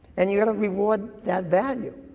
and yeah kind of reward that value.